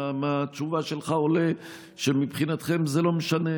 אלא מהתשובה שלך עולה שמבחינתכם זה לא משנה.